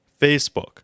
Facebook